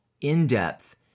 in-depth